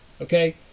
okay